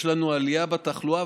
יש לנו עלייה בתחלואה,